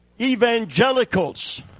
evangelicals